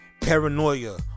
paranoia